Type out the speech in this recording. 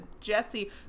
Jesse